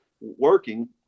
working